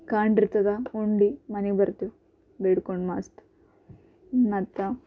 ಕಾಂಡ್ ಇರ್ತದ ಉಂಡು ಮನೆಗೆ ಬರ್ತೇವೆ ಬೇಡ್ಕೊಂಡು ಮಸ್ತ್ ಮತ್ತು